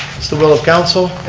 it's the will of council.